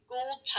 Gold